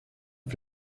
and